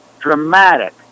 Dramatic